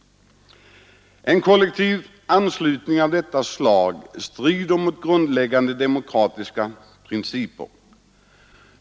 En kollektiv anslutning av detta slag strider mot grundläggande demokratiska principer.